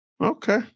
Okay